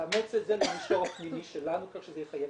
לאמץ את זה למישור הפנימי שלנו כך שזה יחייב